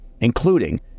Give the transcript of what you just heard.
including